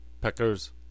peckers